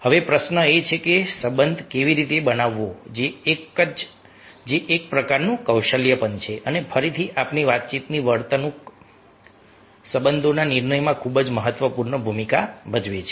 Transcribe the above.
હવે પ્રશ્ન એ છે કે સંબંધ કેવી રીતે બનાવવો જે એક પ્રકારનું કૌશલ્ય પણ છે અને ફરીથી આપણી વાતચીતની વર્તણૂક સંબંધોના નિર્માણમાં ખૂબ જ મહત્વપૂર્ણ ભૂમિકા ભજવે છે